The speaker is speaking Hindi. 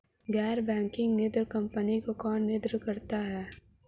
गैर बैंकिंग वित्तीय कंपनियों को कौन नियंत्रित करता है?